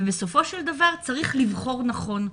אבל בסופו של דבר צריך לבחור נכון.